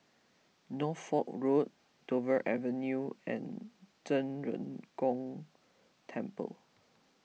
Norfolk Road Dover Avenue and Zhen Ren Gong Temple